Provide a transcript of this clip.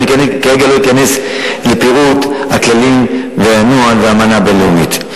ואני כרגע לא אכנס לפירוט הכללים והנוהל והאמנה הבין-לאומית.